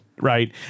Right